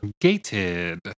Gated